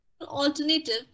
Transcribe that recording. alternative